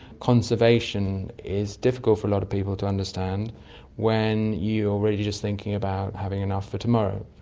conservation is difficult for a lot of people to understand when you are really just thinking about having enough for tomorrow.